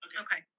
okay